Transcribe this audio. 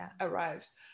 arrives